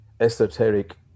esoteric